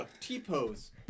t-pose